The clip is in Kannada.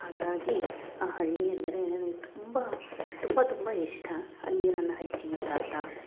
ಹಾಗಾಗಿ ಆ ಹಳ್ಳಿ ಅಂದರೆ ನನಿಗೆ ತುಂಬ ತುಂಬ ತುಂಬ ಇಷ್ಟ ಅಲ್ಲಿ ನನ್ನ ಅಜ್ಜಿ ತಾತ